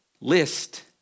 list